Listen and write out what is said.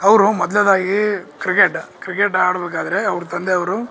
ಅವರು ಮೊದ್ಲೆದಾಗೀ cricket cricket ಆಡಬೇಕಾದ್ರೆ ಅವ್ರ ತಂದೆ ಅವರು